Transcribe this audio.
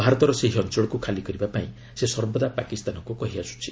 ଭାରତର ସେହି ଅଞ୍ଚଳକୁ ଖାଲି କରିବା ପାଇଁ ସେ ସର୍ବାଦା ପାକିସ୍ତାନକୁ କହିଆସୁଛି